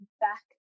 back